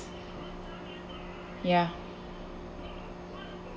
ya